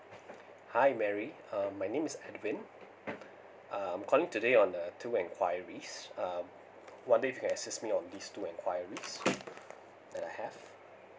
hi mary um my name is edwin um calling today on uh two enquiries uh wondering if you can assist me all these two enquiries that I have